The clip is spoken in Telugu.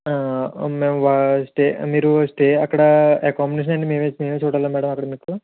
మేము మీరు స్టే అక్కడ అకామిడేషన్ అన్నీ మేమే మేమే చూడాలా మ్యాడమ్ అక్కడ మీకు